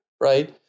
right